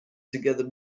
together